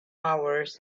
hours